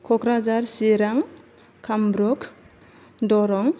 कक्राझार चिरां कामरुप दरं